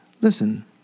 listen